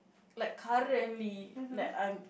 like currently like I'm